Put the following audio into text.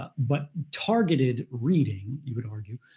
ah but targeted reading, you could argue,